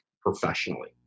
professionally